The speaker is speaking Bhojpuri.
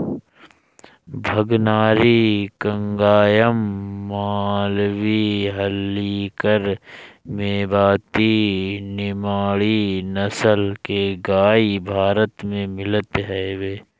भगनारी, कंगायम, मालवी, हल्लीकर, मेवाती, निमाड़ी नसल के गाई भारत में मिलत हवे